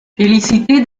félicité